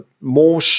more